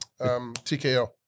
TKO